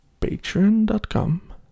patreon.com